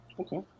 Okay